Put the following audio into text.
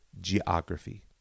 geography